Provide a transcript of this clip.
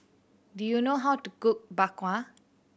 do you know how to cook Bak Kwa